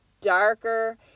darker